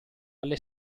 alle